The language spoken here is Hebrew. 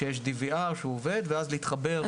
שיש DVR שהוא עובד, ואז להתחבר.